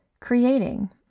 creating